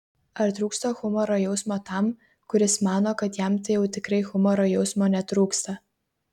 ar trūksta humoro jausmo tam kuris mano kad jam tai jau tikrai humoro jausmo netrūksta